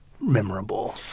memorable